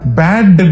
bad